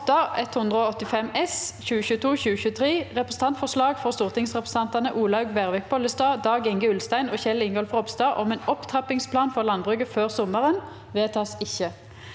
8:185 S (2022–2023) – Representantforslag fra stortingsrepresentantene Olaug Vervik Bollestad, Dag-Inge Ulstein og Kjell Ingolf Ropstad om en opptrappingsplan for landbruket før sommeren – vedtas ikke.